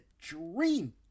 dream